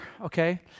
okay